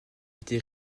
été